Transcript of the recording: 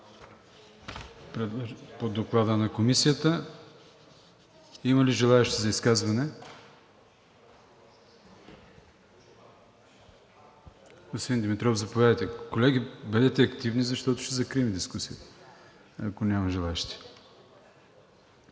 по Доклада на Комисията. Има ли желаещи за изказване? Господин Димитров, заповядайте. Колеги, бъдете активни, защото ще закрием дискусията, ако няма желаещи.